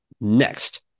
Next